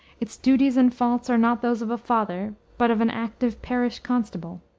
its duties and faults are not those of a father, but of an active parish-constable.